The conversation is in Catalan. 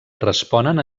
responen